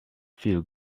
feel